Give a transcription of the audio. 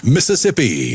Mississippi